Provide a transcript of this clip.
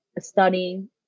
studying